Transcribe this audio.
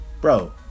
Bro